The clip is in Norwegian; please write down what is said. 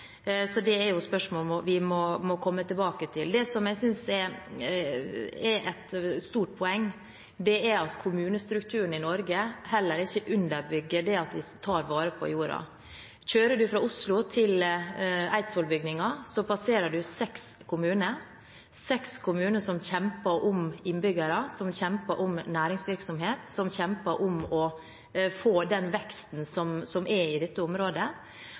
så det er spørsmål vi må komme tilbake til. Det som jeg synes er et stort poeng, er at kommunestrukturen i Norge heller ikke underbygger det at vi tar vare på jorda. Kjører man fra Oslo til Eidsvollsbygningen, passerer man seks kommuner, seks kommuner som kjemper om innbyggere, som kjemper om næringsvirksomhet, som kjemper om å få den veksten som er i dette området.